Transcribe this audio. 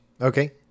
Okay